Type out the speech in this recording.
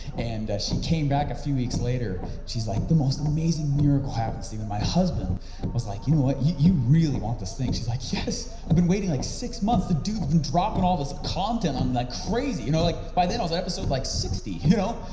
and she came back a few weeks later, she's like, the most amazing miracle happens even my husband was like, you know what, you really want this thing? she's like, yes, i've been waiting like six months, the dude's been dropping all this content on like crazy, you know, like, by then i was episode like, sixty you know,